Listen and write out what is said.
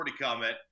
comment